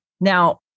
Now